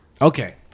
Okay